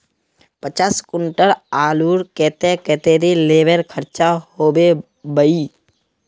पचास कुंटल आलूर केते कतेरी लेबर खर्चा होबे बई?